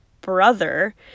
brother